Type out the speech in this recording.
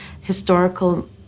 historical